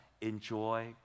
enjoy